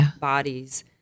bodies